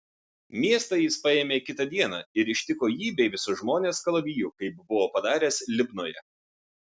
miestą jis paėmė kitą dieną ir ištiko jį bei visus žmones kalaviju kaip buvo padaręs libnoje